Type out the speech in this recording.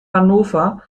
hannover